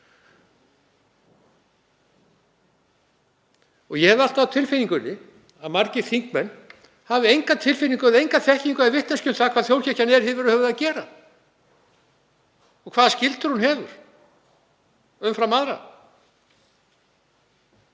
Ég hef alltaf á tilfinningunni að margir þingmenn hafi enga tilfinningu eða þekkingu eða vitneskju um það hvað þjóðkirkjan er yfir höfuð að gera og hvaða skyldur hún hefur umfram aðra.